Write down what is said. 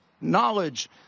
knowledge